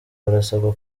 barasabwa